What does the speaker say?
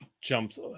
jumps